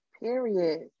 Period